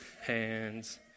hands